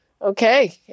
Okay